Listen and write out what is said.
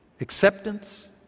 Acceptance